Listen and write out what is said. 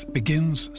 begins